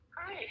Hi